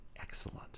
excellent